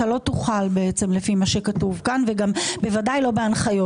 אתה לא תוכל לפי מה שכתוב כאן ובוודאי לא בהנחיות